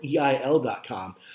eil.com